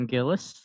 Gillis